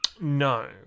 No